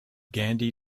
gandhi